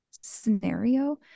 scenario